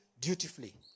dutifully